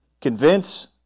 Convince